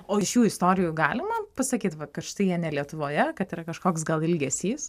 o iš jų istorijų galima pasakyt kad štai jie ne lietuvoje kad yra kažkoks gal ilgesys